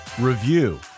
review